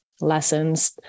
lessons